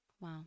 wow